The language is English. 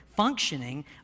functioning